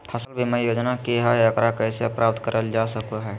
फसल बीमा योजना की हय आ एकरा कैसे प्राप्त करल जा सकों हय?